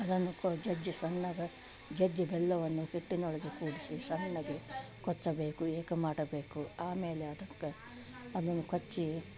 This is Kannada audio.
ಅದನ್ನು ಪ ಜಜ್ಜಿ ಸಣ್ಣಗೆ ಜಜ್ಜಿ ಬೆಲ್ಲವನ್ನು ಹಿಟ್ಟಿನೊಳ್ಗೆ ಕೂದ್ಸಿ ಸಣ್ಣಗೆ ಕೊಚ್ಚಬೇಕು ಎಕ ಮಾಡಬೇಕು ಆಮೇಲೆ ಅದಕ್ಕೆ ಅದನ್ನು ಕೊಚ್ಚಿ